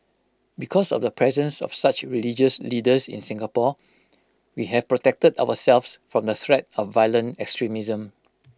because of the presence of such religious leaders in Singapore we have protected ourselves from the threat of violent extremism